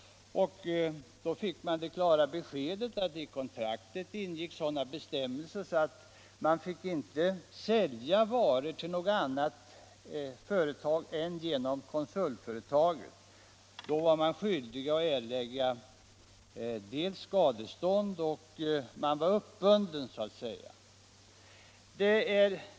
Denne fick det klara beskedet att i kontraktet ingick sådana bestämmelser att företaget inte fick sälja varor annat än genom konsultföretaget. Sålde man till andra var man skyldig att erlägga skadestånd. Företaget var alltså uppbundet.